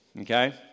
Okay